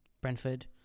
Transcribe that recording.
Brentford